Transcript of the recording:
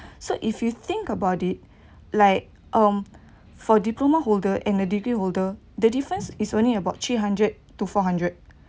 so if you think about it like um for diploma holder and a degree holder the difference is only about three hundred to four hundred